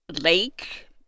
lake